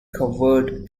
covered